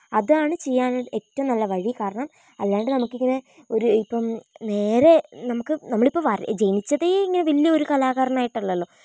അതാണ് ചെയ്യാൻ ഏറ്റവും നല്ല വഴി കാരണം അല്ലാണ്ട് നമുക്കിങ്ങനെ ഒര് ഇപ്പം നേരെ നമുക്ക് നമ്മളിപ്പം ജനിച്ചതേ ഇങ്ങനെ വലിയ ഒരു കലാകാരനായിട്ടല്ലല്ലോ